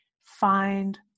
find